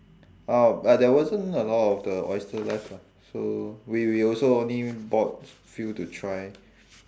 uh but there wasn't a lot of the oyster left lah so we we also only brought few to try